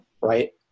right